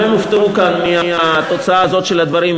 גם הם הופתעו כאן מהתוצאה הזו של הדברים,